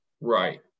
Right